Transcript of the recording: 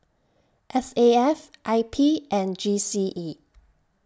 S A F I P and G C E